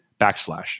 backslash